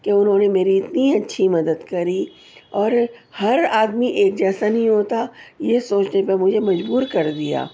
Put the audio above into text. کہ انہوں نے میری اتنی اچھی مدد کری اور ہر آدمی ایک جیسا نہیں ہوتا یہ سوچنے پر مجھے مجبور کر دیا